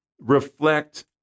reflect